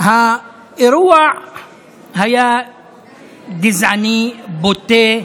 האירוע היה גזעני, בוטה,